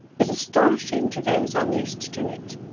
is astonishing to those unused to it.